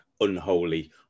unholy